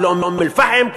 קו לאום-אלפחם,